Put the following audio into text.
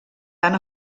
tan